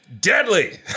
Deadly